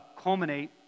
culminate